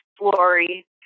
Lori